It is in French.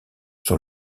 sur